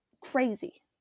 crazy